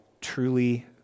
truly